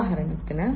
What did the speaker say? ഉദാഹരണത്തിന്